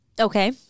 Okay